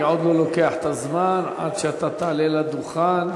אני עוד לא לוקח את הזמן עד שאתה תעלה לדוכן.